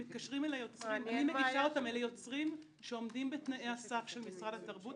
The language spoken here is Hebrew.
אלה יוצרים שעומדים בתנאי הסף של משרד התרבות,